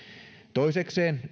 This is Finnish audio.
toisekseen